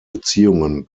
beziehungen